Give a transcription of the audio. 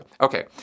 okay